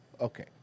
Okay